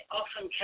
often